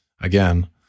again